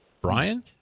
brian